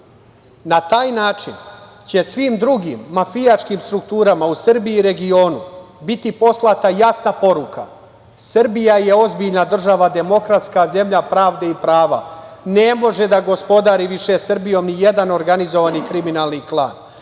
taj način će svim drugim mafijaškim strukturama u Srbiji i regionu biti poslata jasna poruka – Srbija je ozbiljna država, demokratska zemlja pravde i prava, ne može da gospodari više Srbijom ni jedan organizovani kriminalni klan,